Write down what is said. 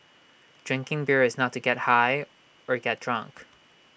drinking beer is not to get high or get drunk